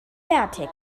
fertig